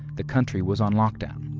the country was on lockdown.